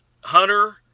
Hunter